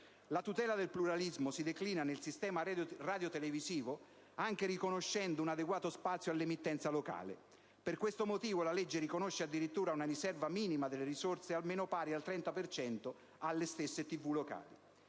La tutela del pluralismo si declina nel sistema radiotelevisivo anche riconoscendo un adeguato spazio all'emittenza locale. Per questo motivo, la legge riconosce addirittura una riserva minima delle risorse alle TV locali almeno pari